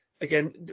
again